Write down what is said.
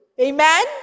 Amen